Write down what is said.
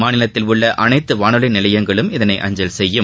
மாநிலத்தில் உள்ள அனைத்து வானொலி நிலையங்களும் இதனை அஞ்சல் செய்யும்